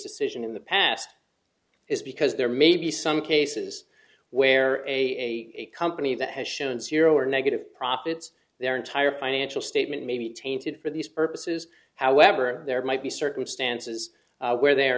decision in the past is because there may be some cases where a company that has shown zero or negative profits their entire financial statement may be tainted for these purposes however there might be circumstances where they are